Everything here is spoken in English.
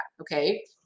okay